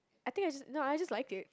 I think I just no I just like it